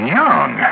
young